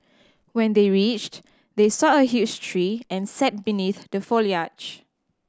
when they reached they saw a huge tree and sat beneath the foliage